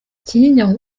kinyinya